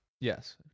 Yes